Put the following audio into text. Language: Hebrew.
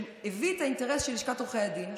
שהביא את האינטרס של לשכת עורכי הדין,